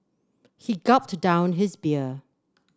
he gulped down his beer